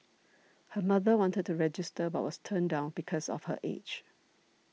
her mother wanted to register but was turned down because of her age